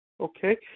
Okay